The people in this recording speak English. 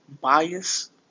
bias